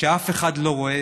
כשאף אחד לא רואה.